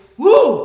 woo